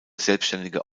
selbstständige